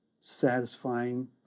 satisfying